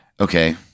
Okay